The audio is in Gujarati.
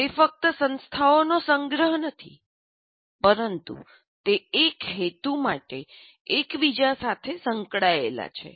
તે ફક્ત સંસ્થાઓનો સંગ્રહ નથી પરંતુ તે એક હેતુ માટે એકબીજા સાથે સંકળાયેલા છે